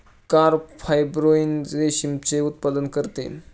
carp fibroin रेशमाचे उत्पादन करते